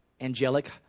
angelic